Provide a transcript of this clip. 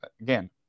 Again